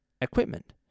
Equipment